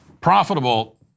profitable